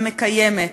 המקיימת,